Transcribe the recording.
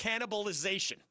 cannibalization